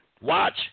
Watch